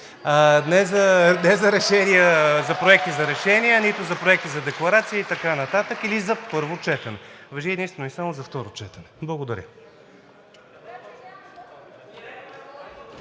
Не за проекти за решения, нито за проекти за декларации и така нататък, или за първо четене. Важи единствено и само за второ четене. Благодаря.